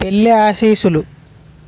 పెళ్ళి ఆశీస్సులు